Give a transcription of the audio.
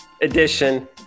edition